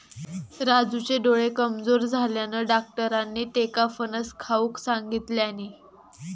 राजूचे डोळे कमजोर झाल्यानं, डाक्टरांनी त्येका फणस खाऊक सांगितल्यानी